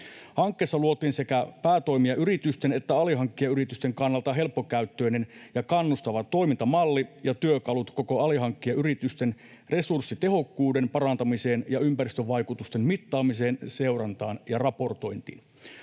Hankkeessa luotiin sekä päätoimijayritysten että alihankkijayritysten kannalta helppokäyttöinen ja kannustava toimintamalli ja työkalut koko alihankkijayritysten resurssitehokkuuden parantamiseen ja ympäristövaikutusten mittaamiseen, seurantaan ja raportointiin.